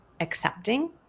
accepting